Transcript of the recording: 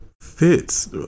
fits